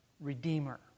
redeemer